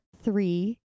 three